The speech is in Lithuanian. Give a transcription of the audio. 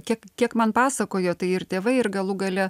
kiek kiek man pasakojo tai ir tėvai ir galų gale